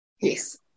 Yes